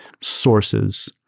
sources